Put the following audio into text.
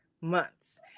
months